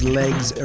legs